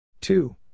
two